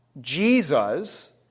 Jesus